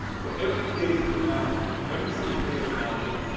so every day is a mountain. every single day is a mountain.